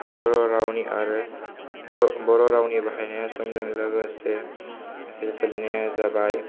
बर' रावनि आरो बर' बाहायनाया समजों लोगोसे इसे सोलायनाया जाबाय